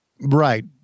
Right